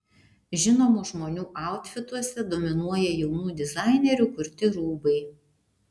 žinomų žmonių autfituose dominuoja jaunų dizainerių kurti rūbai